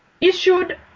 issued